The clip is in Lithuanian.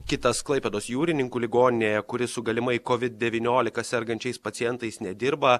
kitas klaipėdos jūrininkų ligoninėje kuri su galimai kovid devyniolika sergančiais pacientais nedirba